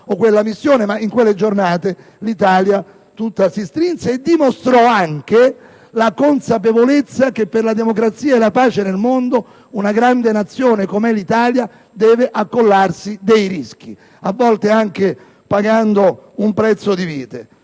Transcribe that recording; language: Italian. o quella missione, ma in quelle giornate l'Italia tutta si strinse, dimostrando anche la consapevolezza che per la democrazia e la pace nel mondo una grande Nazione, com'è la nostra, deve accollarsi certi rischi, a volte anche pagando il prezzo di